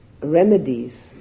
remedies